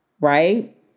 right